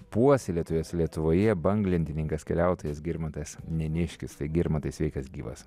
puoselėtojas lietuvoje banglentininkas keliautojas girmantas neniškis tai girmantai sveikas gyvas